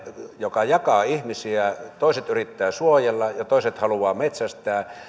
joka jakaa ihmisiä toiset yrittävät suojella toiset haluavat metsästää